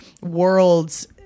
worlds